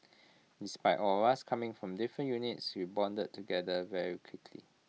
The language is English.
despite all of us coming from different units we bonded together very quickly